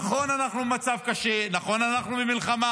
נכון, אנחנו במצב קשה, נכון, אנחנו במלחמה,